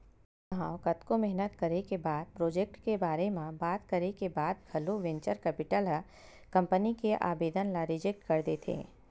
कई घांव कतको मेहनत करे के बाद प्रोजेक्ट के बारे म बात करे के बाद घलो वेंचर कैपिटल ह कंपनी के आबेदन ल रिजेक्ट कर देथे